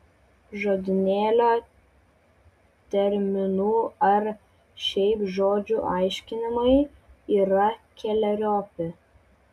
žodynėlio terminų ar šiaip žodžių aiškinimai yra keleriopi